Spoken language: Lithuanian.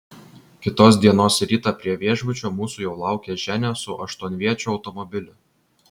kitos dienos rytą prie viešbučio mūsų jau laukė ženia su aštuonviečiu automobiliu